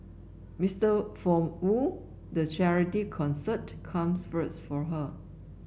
Mister for Wu the charity concert comes first for her